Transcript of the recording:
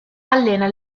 allena